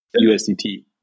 USDT